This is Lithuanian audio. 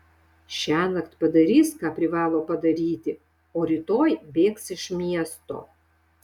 šiąnakt padarys ką privalo padaryti o rytoj bėgs iš miesto